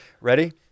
Ready